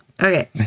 Okay